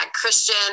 christian